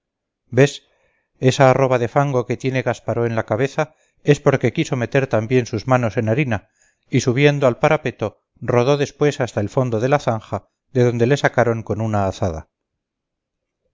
ves esa arroba de fango que tiene gasparó en la cabeza es porque quiso meter también sus manos en harina y subiendo al parapeto rodó después hasta el fondo de la zanja de donde le sacaron con una azada